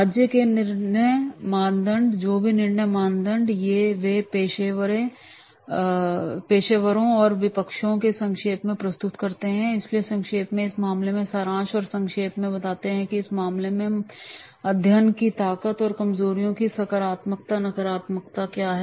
राज्य के निर्णय मानदंड जो भी निर्णय मानदंड हैं वे पेशेवरों और विपक्षों को संक्षेप में प्रस्तुत करते हैं और इसलिए संक्षेप में इस मामले में सारांश और संक्षेप में बताते हैं कि इस विशेष मामले के अध्ययन की ताकत और कमजोरियां या सकारात्मकता या नकारात्मकता क्या हैं